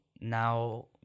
now